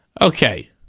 Okay